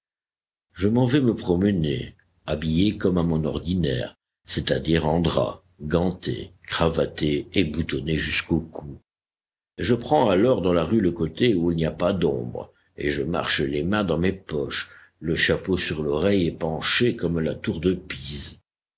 je m'en vais me promener habillé comme à mon ordinaire c'est-à-dire en drap ganté cravaté et boutonné jusqu'au cou je prends alors dans la rue le côté où il n'y a pas d'ombre et je marche les mains dans mes poches le chapeau sur l'oreille et penché comme la tour de pise